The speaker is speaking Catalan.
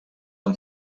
amb